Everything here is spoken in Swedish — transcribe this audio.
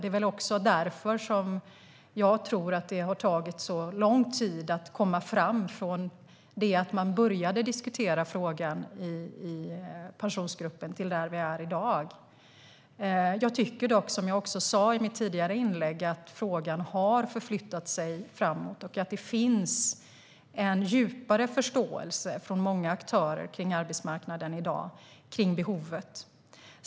Jag tror att det är därför som det har tagit så lång tid att komma fram från det att man började diskutera frågan i Pensionsgruppen till där vi är i dag. Jag tycker dock, som jag också sa i mitt tidigare inlägg, att frågan har förflyttat sig framåt och att det finns en djupare förståelse från många aktörer kring arbetsmarknaden i dag om behovet.